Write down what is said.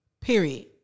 Period